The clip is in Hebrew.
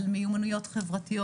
על מיומנויות חברתיות.